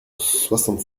soixante